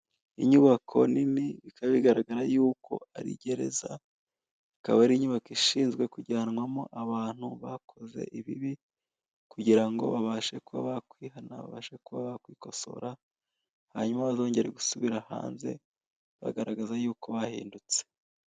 Inyubako nini bikaba bigaragara yuko ari gereza ikaba ari inyubako ishinzwe kujyanwamo abantu bakoze ibibi kugira ngo babashe kuba bakwihana babashe kuba bakwikosora, hanyuma bazongere gusubira hanze bagaragaza yuko bahindutse.